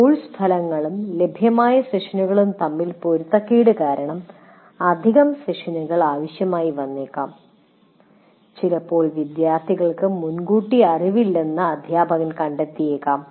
course ഫലങ്ങളും ലഭ്യമായ സെഷനുകളും തമ്മിലുള്ള പൊരുത്തക്കേട് കാരണം അധിക സെഷനുകൾ ആവശ്യമായി വന്നേക്കാം ചിലപ്പോൾ വിദ്യാർത്ഥികൾക്ക് മുൻകൂട്ടി അറിവില്ലെന്ന് അധ്യാപകർ കണ്ടെത്തിയേക്കാം